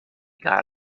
got